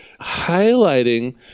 highlighting